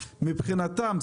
מבחינתם,